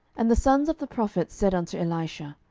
and the sons of the prophets said unto elisha,